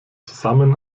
zusammen